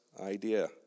idea